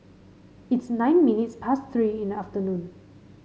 its nine minutes past Three in the afternoon